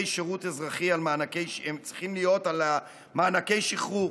שירות אזרחי צריכה להיות על מענקי שחרור,